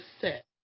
set